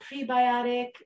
prebiotic